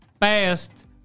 past